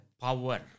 power